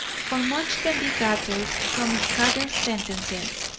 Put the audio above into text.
for much can be gathered from scattered sentences,